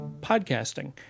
podcasting